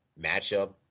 matchup